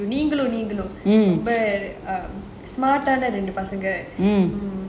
நீங்களும் நீங்களும்:neengalum neengalum smart ரெண்டு பசங்க:rendu pasanga